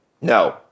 No